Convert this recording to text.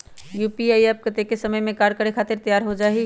UPI app कतेइक समय मे कार्य करे खातीर तैयार हो जाई?